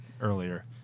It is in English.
earlier